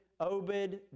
Obed